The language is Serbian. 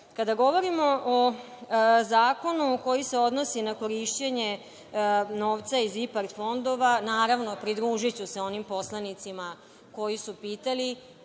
govorimo o zakonu koji se odnosi na korišćenje novca iz IPARD fondova, naravno pridružiću se onim poslanicima koji su pitali